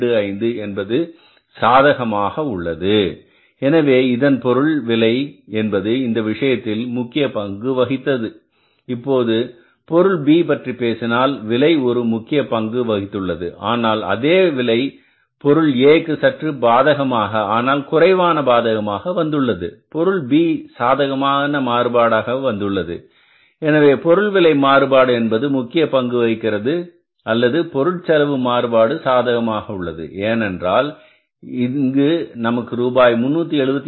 25 என்பது சாதகமாக உள்ளது எனவே இதன் பொருள் விலை என்பது இந்த விஷயத்தில் முக்கிய பங்கு வகித்தது இப்போது பொருள் B பற்றி பேசினால் விலை ஒரு முக்கிய பங்கு வகித்துள்ளது ஆனால் அதே விலை பொருள் A க்கு சற்று பாதகமாக ஆனால் குறைவான பாதகமாக வந்துள்ளது பொருள் B சாதகமான மாறுபாடாக வந்துள்ளது எனவே பொருள் விலை மாறுபாடு என்பது ஒருமுக்கிய பங்கு வகிக்கிறது அல்லது பொருட்செலவு மாறுபாடு சாதகமாக உள்ளது ஏனென்றால் இங்கு நமக்கு ரூபாய் 376